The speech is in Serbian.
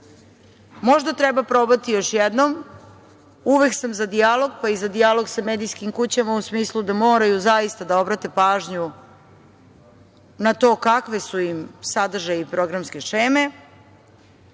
Možda treba probati još jednom. Uvek sam za dijalog, pa i za dijalog sa medijskim kućama, u smislu da moraju zaista da obrate pažnju na to kakvi su im sadržaji i programske šeme